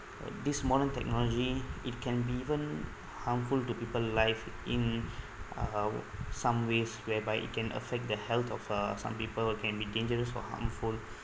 this modern technology it can be even harmful to people live in um some ways whereby it can affect the health of uh some people will can be dangerous or harmful